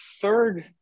third